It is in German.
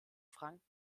franken